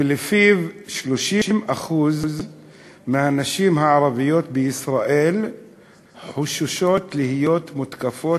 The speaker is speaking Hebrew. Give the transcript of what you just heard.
שלפיו 30% מהנשים הערביות בישראל חוששות להיות מותקפות,